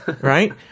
right